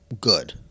good